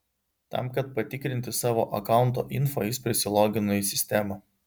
tam kad patikrinti savo akaunto info jis prisilogino į sistemą